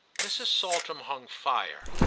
mrs. saltram hung fire.